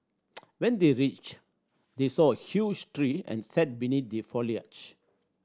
when they reached they saw a huge tree and sat beneath the foliage